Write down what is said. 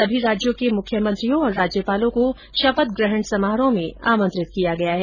समी राज्यों के मुख्यमंत्रियों और राज्यपालों को शपथग्रहण समारोह में आमंत्रित किया गया है